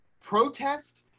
protest